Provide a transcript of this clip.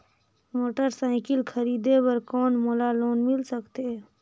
Motorcycle खरीदे बर कौन मोला लोन मिल सकथे?